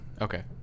Okay